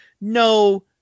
no